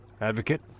Advocate